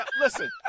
listen